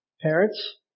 Parents